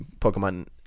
Pokemon